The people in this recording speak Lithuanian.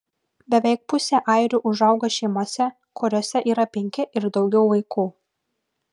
beveik pusė airių užauga šeimose kuriose yra penki ir daugiau vaikų